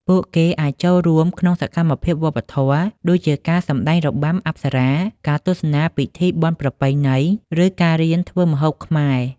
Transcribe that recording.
ពួកគេអាចចូលរួមក្នុងសកម្មភាពវប្បធម៌ ដូចជាការសម្តែងរបាំអប្សរា ការទស្សនាពិធីបុណ្យប្រពៃណី ឬការរៀនធ្វើម្ហូបខ្មែរ។